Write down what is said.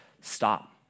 Stop